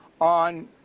on